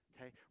okay